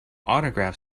autograph